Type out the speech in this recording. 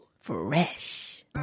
fresh